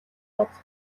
бодож